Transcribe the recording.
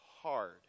hard